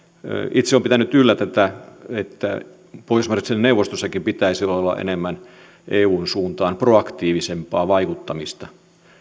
itse olen pitänyt yllä tätä että pohjoismaiden neuvostossakin pitäisi olla olla eun suuntaan enemmän proaktiivista vaikuttamista